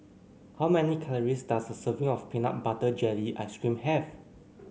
how many calories does a serving of Peanut Butter Jelly Ice cream have